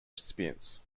recipients